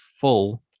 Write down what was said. full